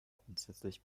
grundsätzlich